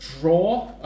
draw